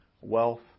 wealth